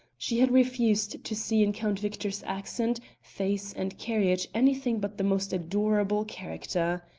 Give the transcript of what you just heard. she had refused to see in count victor's accent, face, and carriage anything but the most adorable character.